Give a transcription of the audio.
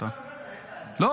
יש לו הרבה זמן.